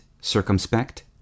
circumspect